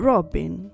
Robin